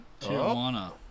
Tijuana